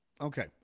Okay